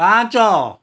ପାଞ୍ଚ